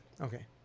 Okay